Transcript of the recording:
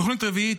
תוכנית רביעית,